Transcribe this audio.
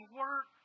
work